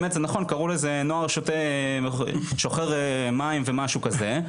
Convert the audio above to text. באמת זה נכון, קראו לזה נוער שוחר מים ומשהו כזה,